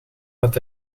had